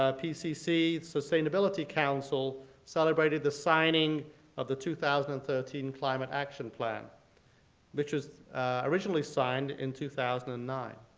ah pcc sustainability council celebrated the signing of the two thousand and thirteen climate action plan which was originally signed in two thousand and nine.